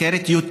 מסוכרת.